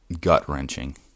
gut-wrenching